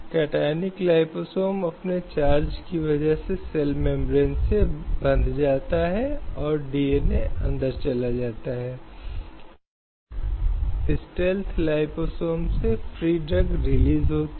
यदि होटलों के कुछ वर्गों में नृत्य प्रदर्शन की अनुमति है तो कोई कारण नहीं है कि होटलों के कुछ अन्य वर्गों में इसे अनुमति नहीं दी जानी चाहिए